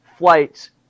Flights